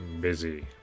busy